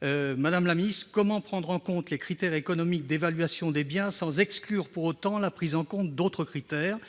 contrat. Mais comment prendre en compte les critères économiques d'évaluation des biens sans exclure pour autant la prise en compte d'autres critères ? En vertu